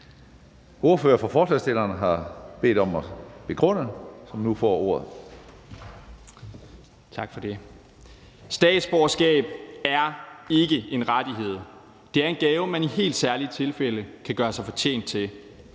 (Ordfører for forslagsstillerne) Mikkel Bjørn (DF): Tak for det. Statsborgerskab er ikke en rettighed. Det er en gave, man i helt særlige tilfælde kan gøre sig fortjent til,